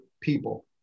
people